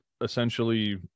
essentially